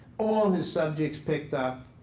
all his subjects picked up,